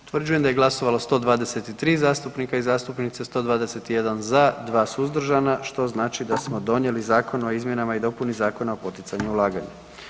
Utvrđujem da je glasovalo 123 zastupnika i zastupnica, 121 za, 2 suzdržana što znači da smo donijeli Zakon o izmjenama i dopuni Zakona o poticanju ulaganja.